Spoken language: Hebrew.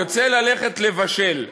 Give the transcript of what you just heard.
יוצאת ללכת לבשל להם,